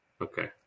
Okay